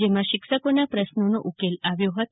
જેમાં શિક્ષકોના પ્રશ્નોનો ઉકેલ આવ્યો છે